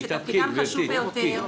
שתפקידן חשוב ביותר.